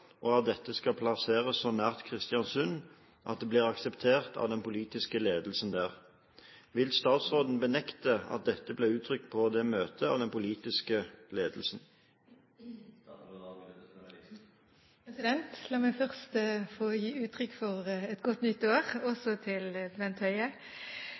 og at dette skal plasseres så nært Kristiansund at det blir akseptert av den politiske ledelsen der. Vil statsråden benekte at dette ble uttrykt på dette møtet av den politiske ledelsen?» La meg først få gi uttrykk for et godt nytt år